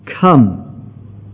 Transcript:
Come